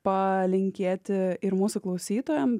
palinkėti ir mūsų klausytojam